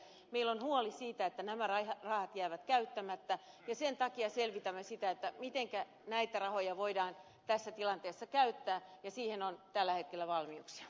meillä on huoli siitä että nämä rahat jäävät käyttämättä ja sen takia selvitämme sitä mitenkä näitä rahoja voidaan tässä tilanteessa käyttää ja siihen on tällä hetkellä valmiuksia